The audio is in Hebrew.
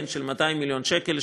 של 200 מיליון שקל,